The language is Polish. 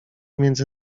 między